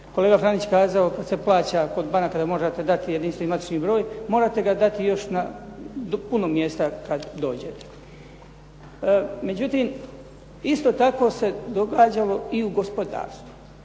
kolega Franić kazao kad se plaća kod banaka da možete dati jedinstveni matični broj, morate ga dati još na puno mjesta kad dođete. Međutim, isto tako se događalo i u gospodarstvu.